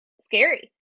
scary